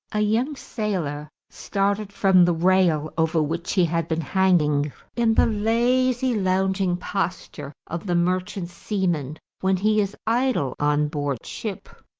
a young sailor started from the rail over which he had been hanging in the lazy lounging posture of the merchant seaman when he is idle on board ship.